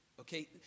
okay